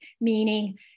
meaning